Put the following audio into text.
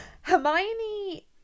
Hermione